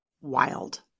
Wild